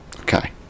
okay